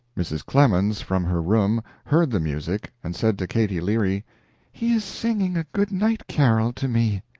mrs. clemens, from her room, heard the music and said to katy leary he is singing a good-night carol to me.